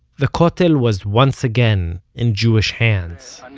the kotel was once again in jewish hands.